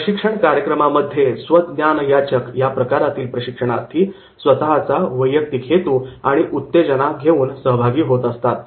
प्रशिक्षण कार्यक्रमामध्ये स्व ज्ञान याचक या प्रकारातील प्रशिक्षणार्थी स्वतःचा वैयक्तिक हेतू आणि उत्तेजना घेऊन सहभागी होत असतात